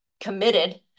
committed